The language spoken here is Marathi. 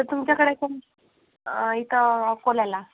तर तुमच्याकडे कोण इथं अकोल्याला